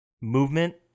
movement